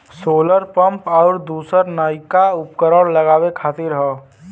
solar pump आउर दूसर नइका उपकरण लगावे खातिर हौ